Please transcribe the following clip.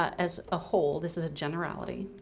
as a whole, this is a generality.